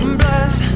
bless